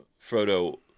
Frodo